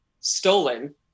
stolen